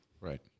Right